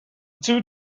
two